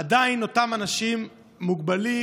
עדיין אותם אנשים מוגבלים,